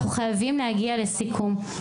אבל אנחנו חייבים להגיע לסיכום.